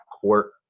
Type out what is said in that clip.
court